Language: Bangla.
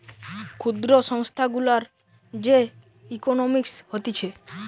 ক্ষুদ্র সংস্থা গুলার যে ইকোনোমিক্স হতিছে